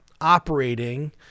operating